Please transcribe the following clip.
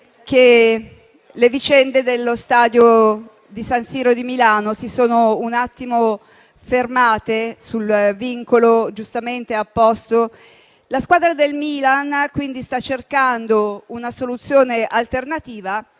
che le vicende dello stadio di San Siro di Milano si sono fermate sul vincolo giustamente apposto. La squadra del Milan sta quindi cercando una soluzione alternativa: